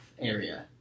area